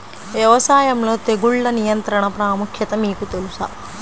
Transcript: వ్యవసాయంలో తెగుళ్ల నియంత్రణ ప్రాముఖ్యత మీకు తెలుసా?